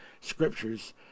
scriptures